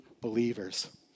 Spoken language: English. believers